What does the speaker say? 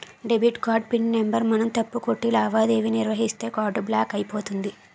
debit card pin number మనం తప్పు కొట్టి లావాదేవీ నిర్వహిస్తే కార్డు బ్లాక్ అయిపోతుంది